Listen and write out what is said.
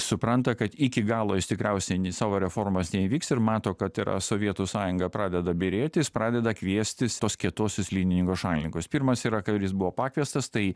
supranta kad iki galo jis tikriausiai savo reformos neįvyks ir mato kad yra sovietų sąjunga pradeda byrėt jis pradeda kviestis tos kietosios linijos šalininkus pirmas yra kuris buvo pakviestas tai